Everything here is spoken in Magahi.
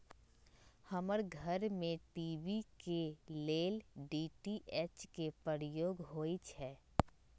हमर घर में टी.वी के लेल डी.टी.एच के प्रयोग होइ छै